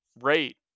rate